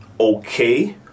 Okay